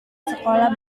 sekolah